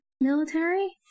military